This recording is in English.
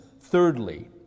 Thirdly